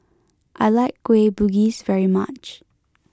I like Kueh Bugis very much